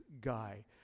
guy